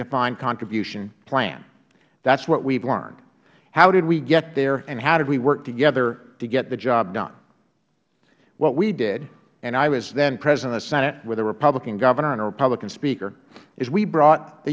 defined contribution plan that is what we have learned how did we get there and how did we work together to get the job done what we did and i was then president of the senate with a republican governor and a republican speaker is we brought the